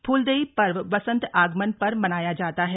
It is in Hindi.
फूलदेई पर्व वसंत आगमन पर मनाया जाता है